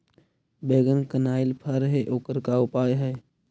बैगन कनाइल फर है ओकर का उपाय है?